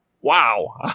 Wow